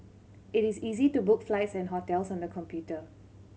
it is easy to book flights and hotels on the computer